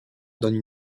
donnent